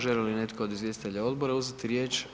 Želi li netko od izvjestitelja Odbora uzeti riječ?